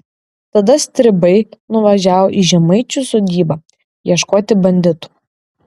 tada stribai nuvažiavo į žemaičių sodybą ieškoti banditų